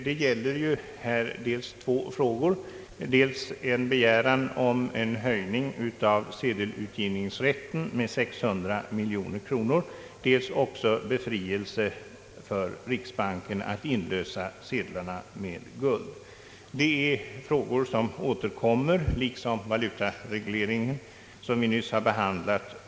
Det gäller här två frågor, dels en begäran om höjning av sedelutgivningsrätten med 600 miljoner kronor, dels också befrielse för riksbanken att inlösa sedlarna med guld. Det är frågor som återkommer år efter år liksom valutaregleringen som vi nyss har behandlat.